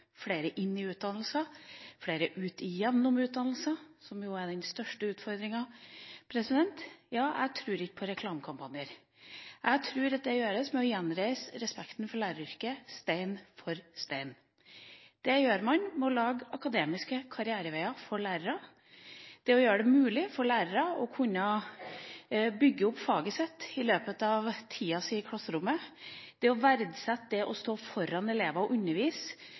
flere inn i utdannelsen, og flere gjennom utdannelsen, som er den største utfordringa? Jeg tror ikke på reklamekampanjer. Jeg tror at det gjøres ved å gjenreise respekten for læreryrket, stein for stein. Det gjør man ved å lage akademiske karriereveier for lærere, det å gjøre det mulig for lærere å kunne bygge opp faget sitt i løpet av tida i klasserommet, det å verdsette det å stå foran elever og